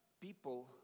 people